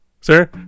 sir